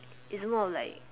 it's more of like